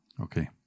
Okay